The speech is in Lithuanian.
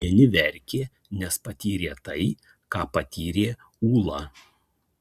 vieni verkė nes patyrė tai ką patyrė ūla